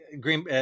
Green